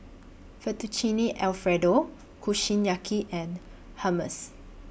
Fettuccine Alfredo Kushiyaki and Hummus